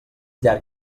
llarg